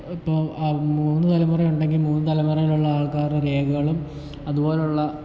ഇപ്പോൾ മൂന്ന് തലമുറയുണ്ടെങ്കിൽ മൂന്ന് തലമുറയിലുള്ള ആൾക്കാർ രേഖകളും അതുപോലുള്ള